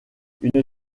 une